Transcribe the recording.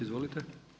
Izvolite.